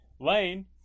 Lane